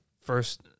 First